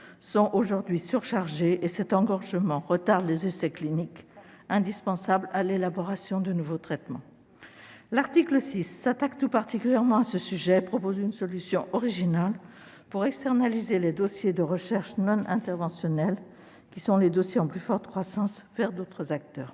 sont aujourd'hui surchargés. Cet engorgement retarde les essais cliniques indispensables à l'élaboration de nouveaux traitements. L'article 6 s'attaque tout particulièrement à ce sujet et propose une solution originale pour externaliser les dossiers de recherches non interventionnelles, qui sont les dossiers en plus forte croissance, vers d'autres acteurs.